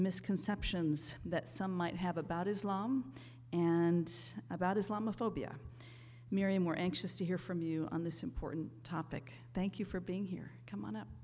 misconceptions that some might have about islam and about islamophobia miriam we're anxious to hear from you on this important topic thank you for being here come on up